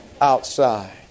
outside